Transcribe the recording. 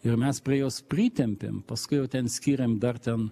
ir mes prie jos pritempėm paskui jau ten skyrėm dar ten